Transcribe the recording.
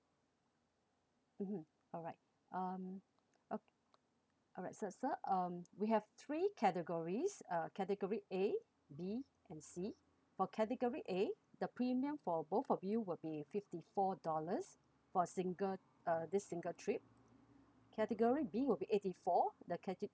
mmhmm alright um ok~ alright so sir um we have three categories uh category A B and C for category A the premium for both of you will be fifty four dollars for single uh this single trip category B will be eighty four the cate~